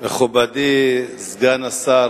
מכובדי סגן השר